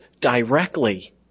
directly